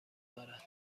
دارد